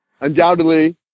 undoubtedly